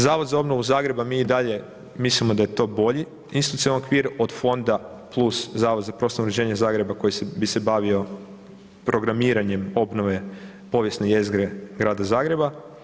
Zavod za obnovu Zagreba, mi i dalje mislimo da je to bolji institucionalni okvir od fonda plus Zavod za prostorno uređenje Zagreba koji bi se bavio programiranjem obnove povijesne jezgre Grada Zagreba.